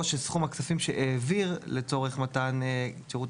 או שסכום הכספים שהעביר לצורך מתן שירות